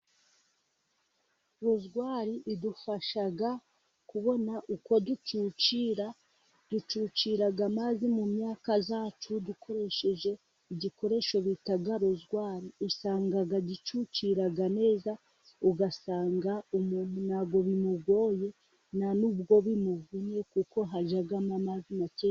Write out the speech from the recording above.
Rozwari idufasha kubona uko ducucira, ducuci amazi mu myaka yacu dukoresheje igikoresho bita rozwari, usanga gicucira neza, ugasanga umuntu ntabwo bimugoye, na n'ubwo bimuvunye kuko hajyamo amazi make.